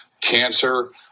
Cancer